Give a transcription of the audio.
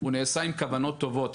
הוא נעשה עם כוונות טובות.